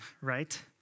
right